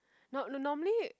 no no normally